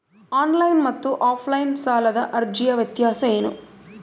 Online ಮತ್ತು offline ಸಾಲದ ಅರ್ಜಿಯ ವ್ಯತ್ಯಾಸ ಏನು?